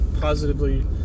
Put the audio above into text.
positively